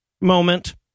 moment